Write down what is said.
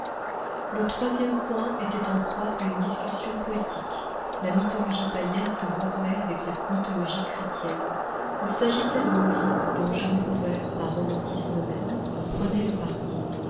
le troisième coin était en proie à une discussion poétique la mythologie païenne se gourmait avec la mythologie chrétienne il s'agissait de l'olympe dont jean prouvaire par romantisme même prenait le parti